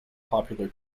popular